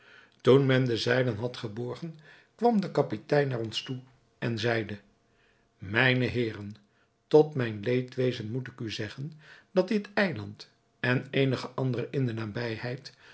toen men de zeilen had geborgen kwam de kapitein naar ons toe en zeide mijne heeren tot mijn leedwezen moet ik u zeggen dat dit eiland en eenige andere in de nabijheid